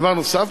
דבר נוסף,